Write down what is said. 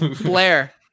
Blair